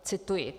Cituji.